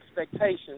expectations